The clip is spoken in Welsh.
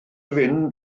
fynd